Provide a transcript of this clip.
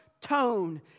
tone